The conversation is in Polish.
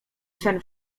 sen